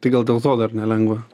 tai gal dėl to dar nelengva